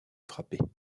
frappait